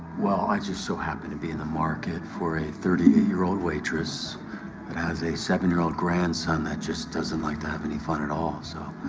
well, i just so happen to be in the market for a thirty eight year old waitress that has a seven year old grandson that just doesn't like to have any fun at all, so.